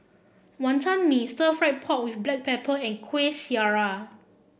Wonton Mee Stir Fried Pork with Black Pepper and Kuih Syara